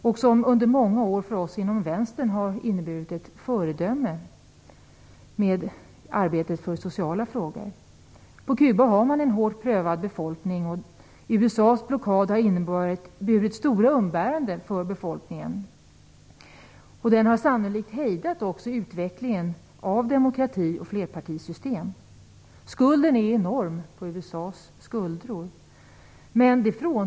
Kuba har under många år inneburit ett föredöme för oss inom Vänstern när det gäller arbetet med de sociala frågorna. På Kuba har man en hårt prövad befolkning. USA:s blockad har inneburit stora umbäranden för befolkningen. Den har sannolikt också hejdat utvecklingen av demokrati och flerpartisystem. Skulden på USA:s skuldror är enorm.